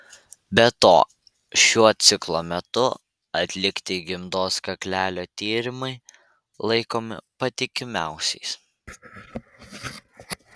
be to šiuo ciklo metu atlikti gimdos kaklelio tyrimai laikomi patikimiausiais